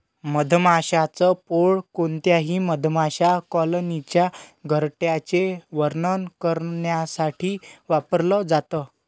मधमाशांच पोळ कोणत्याही मधमाशा कॉलनीच्या घरट्याचे वर्णन करण्यासाठी वापरल जात